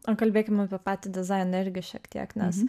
pakalbėkim apie patį dizainą irgi šiek tiek nes